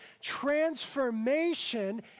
transformation